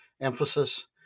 emphasis